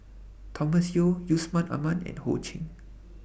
Thomas Yeo Yusman Aman and Ho Ching